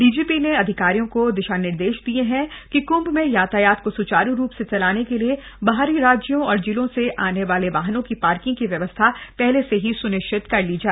DGP ने अधिकारियों को दिशा निर्देश दिये हैं कि कुंभ में यातायात को सुचारू रूप से चलाने के लिए बाहरी राज्यों और जिलों से आने वाले वाहनों की पार्किंग की व्यवस्था पहले से ही सुनिश्चित कर ली जाए